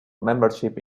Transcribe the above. membership